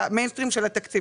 למיינסטרים של התקציב.